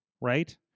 Right